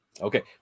Okay